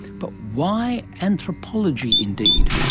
but why anthropology indeed?